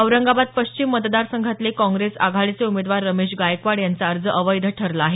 औरंगाबाद पश्चिम मतदार संघातले काँग्रेस आघाडीचे उमेदवार रमेश गायकवाड यांचा अर्ज अवैध ठऱला आहे